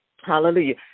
Hallelujah